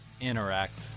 interact